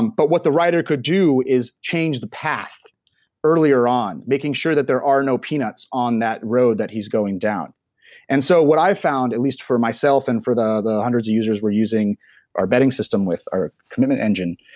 but, what the rider could do is change the path earlier on, making sure that there no peanuts on that road that he's going down and so what i've found, at least for myself and for the the hundreds of users we're using our betting system with, our commitment engine,